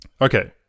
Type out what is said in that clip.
Okay